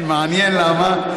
כן, מעניין למה.